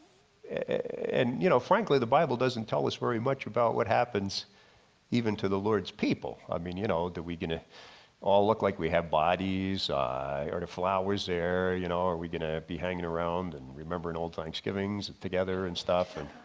and you know frankly the bible doesn't tell us very much about what happens even to the lord's people. i mean you know that we gonna all look like we have bodies are the flowers there, you know are we gonna be hanging around and remembering old times givings together and stuff. and